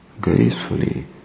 gracefully